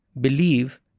believe